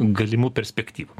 galimų perspektyvų